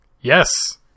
Yes